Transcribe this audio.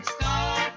Stop